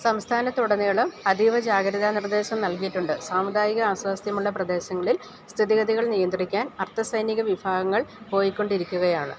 സംസ്ഥാനത്തുടനീളം അതീവ ജാഗ്രതാ നിർദേശം നൽകിയിട്ടുണ്ട് സാമുദായിക ആസ്വാസ്ഥ്യമുള്ള പ്രദേശങ്ങളിൽ സ്ഥിതിഗതികൾ നിയന്ത്രിക്കാൻ അർദ്ധസൈനിക വിഭാഗങ്ങൾ പോയിക്കൊണ്ടിരിക്കുകയാണ്